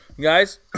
guys